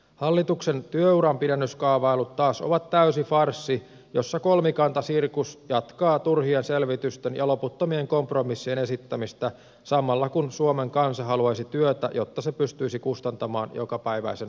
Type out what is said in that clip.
hallituksen työuranpidennyskaavailut taas ovat täysi farssi jossa kolmikantasirkus jatkaa turhien selvitysten ja loputtomien kompromissien esittämistä samalla kun suomen kansa haluaisi työtä jotta se pystyisi kustantamaan jokapäiväisen elämisensä